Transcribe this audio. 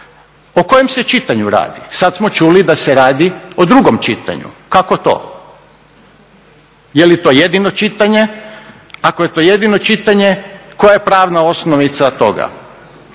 o kojem se čitanju radi. Sad smo čuli da se radi o drugom čitanju. Kako to? Je li to jedino čitanje? Ako je to jedino čitanje koja je pravna osnovica toga?